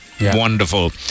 Wonderful